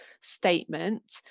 statement